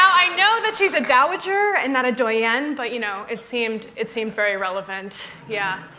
i know that she's a dowager and not a doyenne, but you know it seemed it seemed very relevant. yeah,